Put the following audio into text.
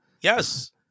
Yes